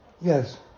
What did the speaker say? Yes